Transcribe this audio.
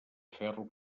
ferro